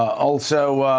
also